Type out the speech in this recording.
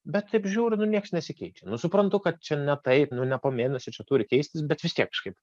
bet taip žiūriu nu niekas nesikeičia nu suprantu kad čia ne taip nu ne po mėnesio čia turi keistis bet vis tiek kažkaip